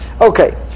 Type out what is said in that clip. Okay